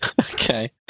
Okay